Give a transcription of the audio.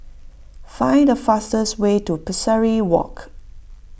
find the fastest way to Pesari Walk